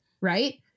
right